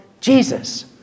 Jesus